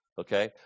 Okay